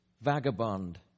Vagabond